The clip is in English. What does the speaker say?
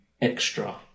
extra